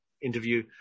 interview